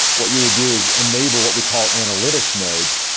what you would do is enable what we call analytics nodes,